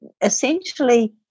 essentially